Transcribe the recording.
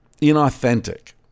inauthentic